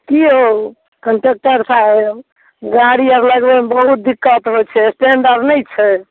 की यौ कंडक्टर साहब गाड़ी आर लगबैमे बहुत दिक्कत होइत छै स्टैंड आर नहि छै